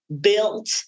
built